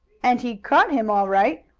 and he caught him all right,